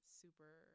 super